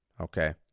okay